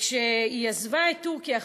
וכשהיא עזבה את טורקיה,